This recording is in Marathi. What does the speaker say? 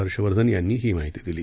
हर्षवर्धन यांनी ही माहिती दिली